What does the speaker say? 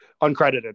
uncredited